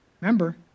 Remember